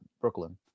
Brooklyn